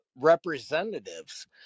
representatives